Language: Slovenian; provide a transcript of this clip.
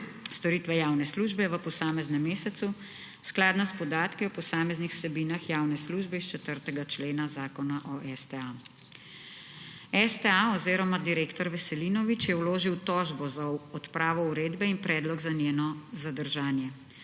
storitve javne službe v posameznem mesecu, skladno s podatki o posameznih vsebinah javne službe iz 4. člena Zakona o STA. STA oziroma direktor Veselinovič je vložil tožbo za odpravo uredbe in predlog za njeno zadržanje.